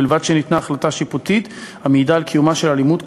ובלבד שניתנה החלטה שיפוטית המעידה על קיומה של אלימות כאמור".